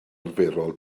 arferol